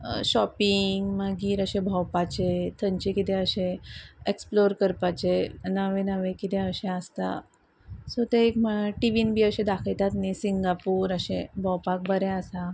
shopping मागीर अशे भोंवपाचे थंयचे कितें अशे एक्सप्लोर करपाचे नवे नवे कितें अशें आसता सो ते एक म्हणल्यार टिवीन बी अशें दाखयतात न्हय सिंगापूर अशे भोंवपाक बरें आसा